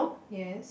yes